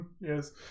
Yes